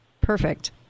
perfect